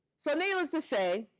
so needless to say,